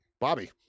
Bobby